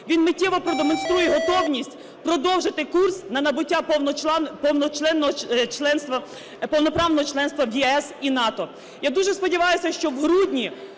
він миттєво продемонструє готовність продовжити курс на набуття повноправного членства в ЄС і НАТО. Я дуже сподіваюся, що в грудні,